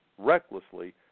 Recklessly